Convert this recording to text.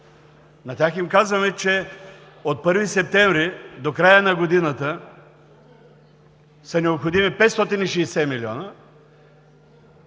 На тях им казваме, че от 1 септември до края на годината са необходими 560 милиона,